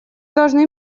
должны